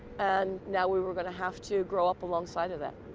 and now we were gonna have to grow up alongside of that.